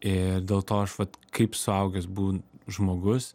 ir dėl to aš vat kaip suaugęs būn žmogus